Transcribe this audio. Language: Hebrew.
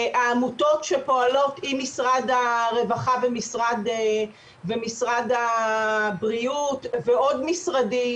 העמותות שפועלות עם משרד הרווחה ומשרד הבריאות ועוד משרדים,